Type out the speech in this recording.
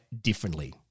differently